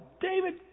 David